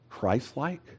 christ-like